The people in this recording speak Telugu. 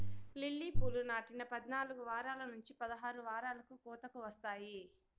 లిల్లీ పూలు నాటిన పద్నాలుకు వారాల నుంచి పదహారు వారాలకు కోతకు వస్తాయి